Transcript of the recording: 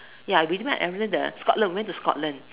ya we didn't went Ireland the Scotland went to Scotland